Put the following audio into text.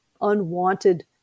unwanted